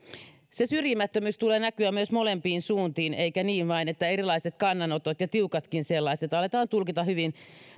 sen syrjimättömyyden tulee näkyä molempiin suuntiin eikä niin vain että erilaiset kannanotot ja tiukatkin sellaiset aletaan tulkita hyvin